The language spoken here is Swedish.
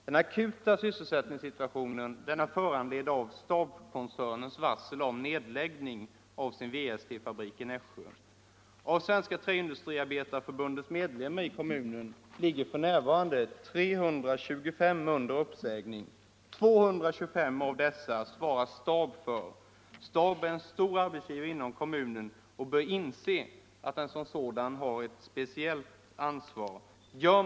Den akuta sysselsättningssituationen är föranledd av STAB-koncernens varsel om nedläggning av sin WST-fabrik i Nässjö. Av Svenska träindustriarbetareförbundets medlemmar i kommunen ligger 325 under uppsägning. STAB svarar för 225 av dessa. STAB är en stor arbetsgivare inom kommunen och bör inse att den som sådan har ett speciellt ansvar.